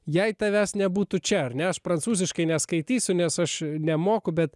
jei tavęs nebūtų čia ar ne aš prancūziškai neskaitysiu nes aš nemoku bet